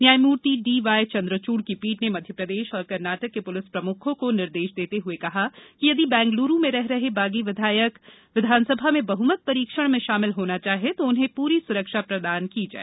न्यायमूर्ति D Y Chandrachud की पीठ ने मध्यप्रदेश और कर्नाटक के पुलिस प्रमुखों को निर्देश देते हुए कहा कि यदि बैंगलुरू में रह रहे बागी विधायक विधानसभा में बहमत परीक्षण में शामिल होना चाहें तो उन्हें पूरी सुरक्षा प्रदान की जाए